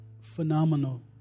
phenomenal